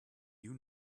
you